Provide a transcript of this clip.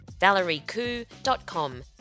ValerieKoo.com